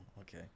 Okay